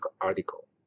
article